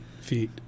feet